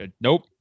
nope